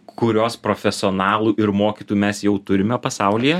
kurios profesionalų ir mokytojų mes jau turime pasaulyje